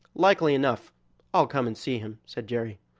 likely enough i'll come and see him, said jerry.